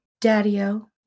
Daddy-o